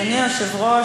אדוני היושב-ראש,